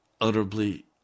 utterly